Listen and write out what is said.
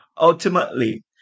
Ultimately